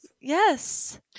Yes